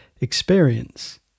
experience